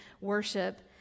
worship